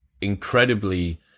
incredibly